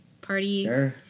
Party